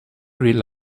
rely